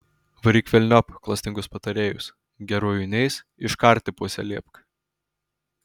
varyk velniop klastingus patarėjus geruoju neis iškarti pusę liepk